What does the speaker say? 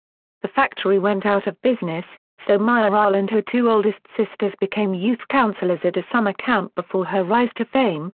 the factory went out of business, so mireille and her two oldest sisters became youth counselors at a summer camp before her rise to fame,